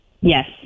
Yes